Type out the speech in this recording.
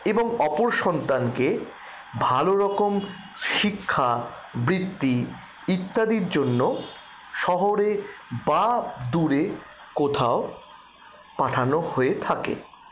এবং অপর সন্তানকে ভালোরকম শিক্ষা বৃত্তি ইত্যাদির জন্য শহরে বা দূরে কোথাও পাঠানো হয়ে থাকে